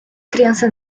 criança